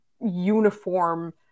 uniform